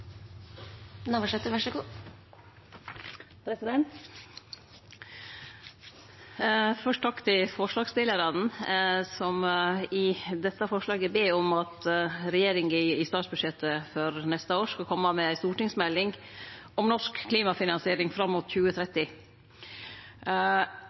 Først takk til forslagsstillarane, som i dette forslaget ber om at regjeringa i statsbudsjettet for neste år skal kome med ei stortingsmelding om norsk klimafinansiering fram mot